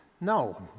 No